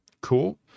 cool